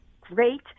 great